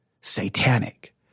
Satanic